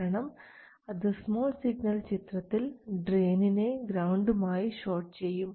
കാരണം അത് small signal ചിത്രത്തിൽ ഡ്രയിനിനെ ഗ്രൌണ്ടും ആയി ഷോട്ട് ചെയ്യും